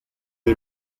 est